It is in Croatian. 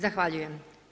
Zahvaljujem.